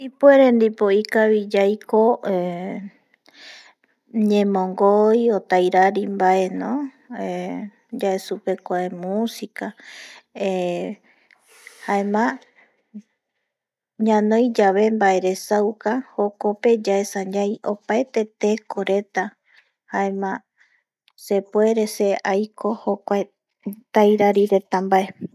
Ipuere dipo ikabi yaiko, ñemongoi ,otairari baeno yae supe kuae musica eh jaema ñanoi yabe baere sauka jokpe yaesa ñai opaete teko reta jaema sepuere se aiko jokuae tairari reta bae